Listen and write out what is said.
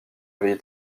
avaient